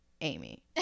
amy